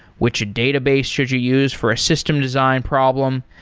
which database should you use for a system design problem?